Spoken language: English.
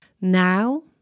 Now